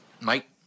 Mike